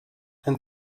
and